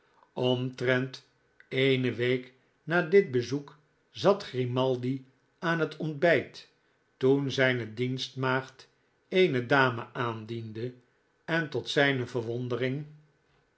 omtrent eene week na dit bezoek zat grimaldi aan het ontbijt toen zijne dienstmaagd eene vagebonden toen deze gedachte bij hem oprees i dame aandiende entot zijne verwondering